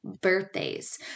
birthdays